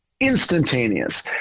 instantaneous